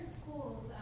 schools